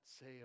say